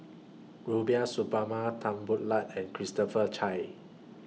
Rubiah Suparman Tan Boo Liat and Christopher Chia